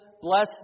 bless